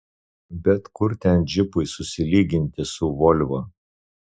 bet kur ten džipui susilyginti su volvo